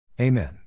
Amen